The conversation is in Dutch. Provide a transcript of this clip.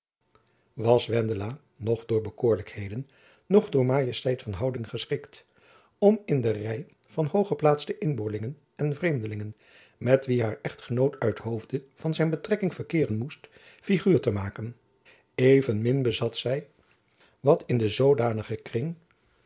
was wendela noch door bekoorlijkheden noch door majesteit van houding geschikt om in den ry jacob van lennep elizabeth musch van hooggeplaatste inboorlingen en vreemdelingen met wie haar echtgenoot uit hoofde van zijn betrekking verkeeren moest figuur te maken evenmin bezat zy wat in zoodanigen kring